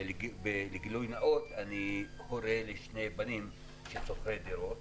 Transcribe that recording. וגילוי נאות, אני הורה לשני בנים שהם שוכרי דירות